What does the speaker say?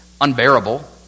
unbearable